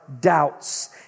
doubts